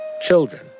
children